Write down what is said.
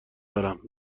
دارم